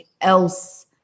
else